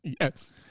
Yes